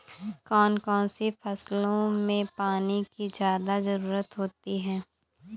कौन कौन सी फसलों में पानी की ज्यादा ज़रुरत होती है?